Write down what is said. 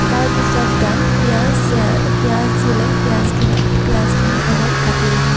তাৰপিছত তাত পিয়াঁজ পিয়াঁজ দিলে পিয়াঁজখিনি পিয়াঁজখিনি আগত কাটি লওঁ